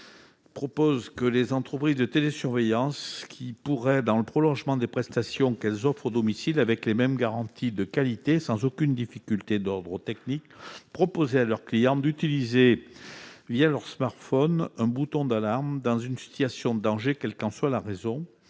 du domicile. Les entreprises de télésurveillance pourraient, dans le prolongement des prestations qu'elles offrent au domicile, avec les mêmes garanties de qualité et sans aucune difficulté d'ordre technique, proposer à leurs clients d'utiliser leur smartphone un bouton d'alarme dans une situation de danger, et ce quelle qu'en soit la raison.